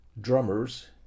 drummers